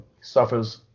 suffers –